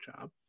job